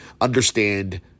understand